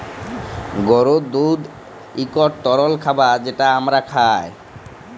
গরুর দুহুদ ইকট তরল খাবার যেট আমরা খাই